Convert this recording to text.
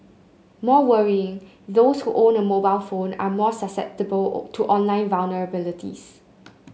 more worrying those who own a mobile phone are more susceptible to online vulnerabilities